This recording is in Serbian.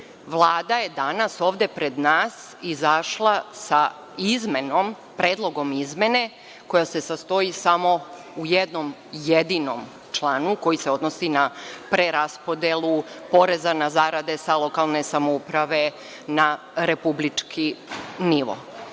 Vlada je danas ovde pred nas izašla sa predlogom izmene koja se sastoji samo u jednom jedinom članu koji se odnosi na preraspodelu poreza na zarade sa lokalne samouprave na republički nivo.